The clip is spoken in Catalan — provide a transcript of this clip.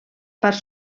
parts